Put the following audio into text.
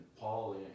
Paul